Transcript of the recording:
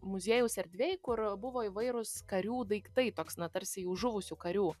muziejaus erdvėj kur buvo įvairūs karių daiktai toks na tarsi jau žuvusių karių